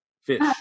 fish